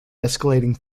escalating